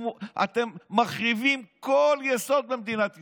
אתם מחריבים כל יסוד במדינת ישראל,